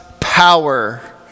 power